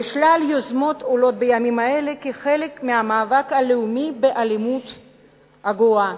ושלל יוזמות עולות בימים אלה כחלק מהמאבק הלאומי באלימות הגואה,